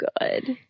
good